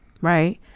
Right